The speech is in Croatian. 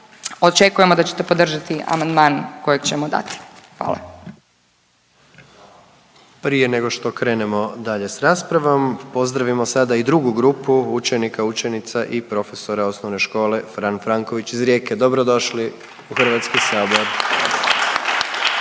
očekujemo da ćete podržati amandman kojeg ćemo dati. Hvala. **Jandroković, Gordan (HDZ)** Prije nego što krenemo dalje s raspravom, pozdravimo sada i drugu grupu učenika, učenica i profesora Osnovne škole Fran Franković iz Rijeke. Dobrodošli u Hrvatski sabor.